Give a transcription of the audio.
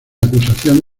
acusación